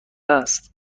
است